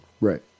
right